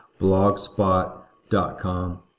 blogspot.com